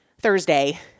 Thursday